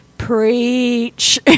preach